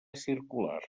circular